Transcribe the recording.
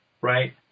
right